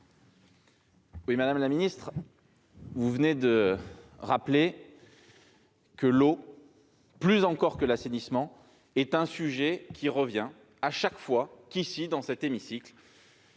? Madame la ministre, vous venez de rappeler que l'eau, plus encore que l'assainissement, est un sujet qui revient chaque fois que nous débattons dans cet hémicycle